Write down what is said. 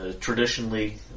Traditionally